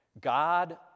God